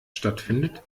stattfindet